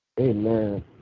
Amen